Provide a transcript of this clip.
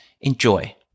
Enjoy